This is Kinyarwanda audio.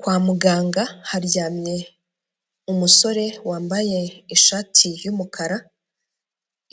Kwa muganga haryamye umusore wambaye ishati y'umukara,